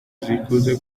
zikunze